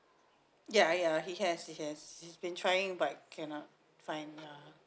ya ya he has he has he's been trying but cannot find lah